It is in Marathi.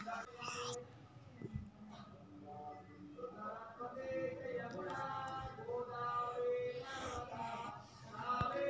प्रत्येकाने सामाजिक सुरक्षा कर भरणे आवश्यक आहे का?